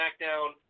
SmackDown